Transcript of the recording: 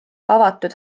avatud